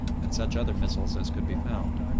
and such other missiles as could be found.